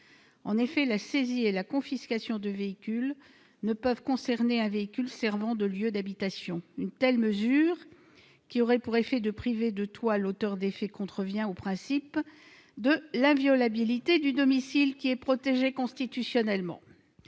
En effet, la saisie et la confiscation de véhicule ne peuvent concerner un véhicule servant de lieu d'habitation. Une telle mesure, qui aurait pour effet de priver de toit l'auteur des faits, contrevient au principe de l'inviolabilité du domicile qui est protégé constitutionnellement.